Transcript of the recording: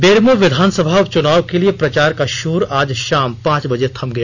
बेरमो विधानसभा उपचुनाव के लिए प्रचार का शोर आज शाम पांच बजे थम गया